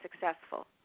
successful